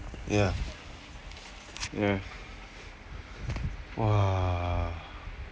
ya ya !wah!